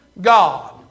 God